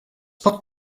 pot